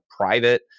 private